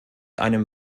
einem